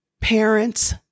Parents